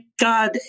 God